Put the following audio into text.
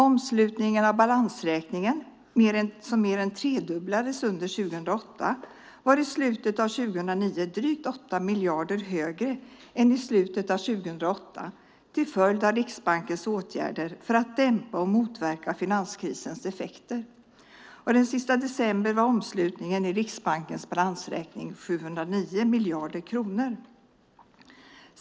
Omslutningen av balansräkningen, som mer än tredubblades under 2008, var i slutet av 2009 drygt 8 miljarder högre än i slutet av 2008 till följd av Riksbankens åtgärder för att dämpa och motverka finanskrisens effekter. Den sista december var omslutningen i Riksbankens balansräkning 709 miljarder kronor.